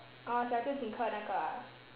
哦小舅请客那个啊